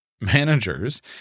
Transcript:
managers